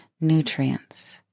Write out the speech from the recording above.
nutrients